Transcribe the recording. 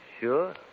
Sure